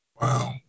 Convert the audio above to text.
Wow